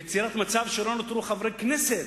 ועל יצירת מצב שלא נותרו חברי כנסת.